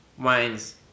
wines